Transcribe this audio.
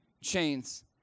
chains